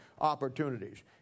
opportunities